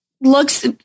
looks